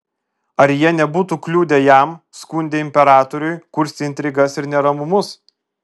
ar jie nebūtų kliudę jam skundę imperatoriui kurstę intrigas ir neramumus